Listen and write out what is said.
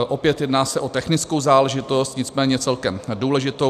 Opět se jedná o technickou záležitost, nicméně celkem důležitou.